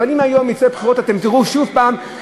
אבל אם היום יהיו בחירות אתם תראו שוב שהחרדים,